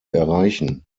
erreichen